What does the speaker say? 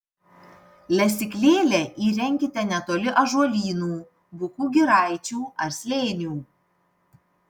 lesyklėlę įrenkite netoli ąžuolynų bukų giraičių ar slėnių